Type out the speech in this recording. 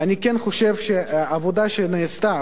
ואני כן חושב שהעבודה שנעשתה,